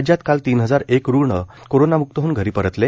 राज्यात काल तीन हजार एक रुग्ण कोरोनामुक्त होऊन घरी परतले